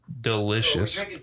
Delicious